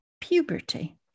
puberty